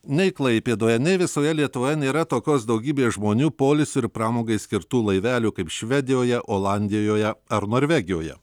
nei klaipėdoje nei visoje lietuvoje nėra tokios daugybės žmonių poilsiui ir pramogai skirtų laivelių kaip švedijoje olandijoje ar norvegijoje